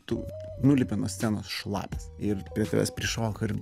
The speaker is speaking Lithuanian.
tu nulipi nuo scenos šlapias ir prie tavęs prišoka ir